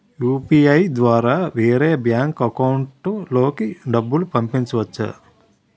UPI ద్వారా వేరే bank account లోకి డబ్బులు పంపించవచ్చా?